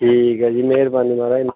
ਠੀਕ ਹੈ ਜੀ ਮਿਹਰਬਾਨੀ ਮਹਾਰਾਜ